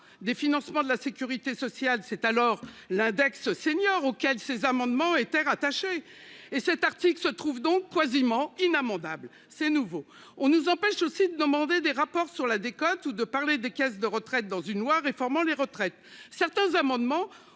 des financement de la Sécurité sociale, c'est alors l'index senior auquel ces amendements étaient rattachés. Et cet article se trouve donc quasiment inamendable, c'est nouveau, on nous empêche aussi demander des rapports sur la décote ou de parler des caisses de retraite dans une loi réformant les retraites certains amendements